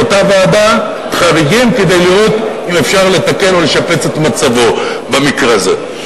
לאותה ועדת חריגים כדי לראות אם אפשר לתקן או לשפץ את מצבו במקרה הזה.